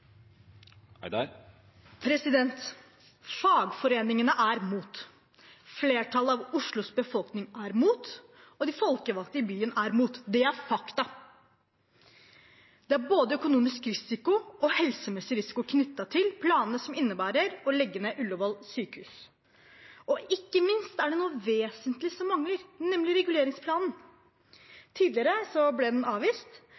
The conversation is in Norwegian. Oslos befolkning er imot, og de folkevalgte i byen er imot. Det er fakta. Det er både økonomisk risiko og helsemessig risiko knyttet til planene som innebærer å legge ned Ullevål sykehus. Ikke minst er det noe vesentlig som mangler, nemlig reguleringsplan. Tidligere ble den avvist.